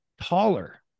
taller